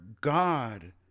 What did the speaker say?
God